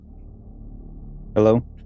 Hello